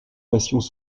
passions